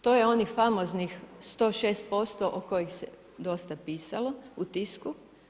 To je onih famoznih 106% o kojih se dosta pisalo u tisku.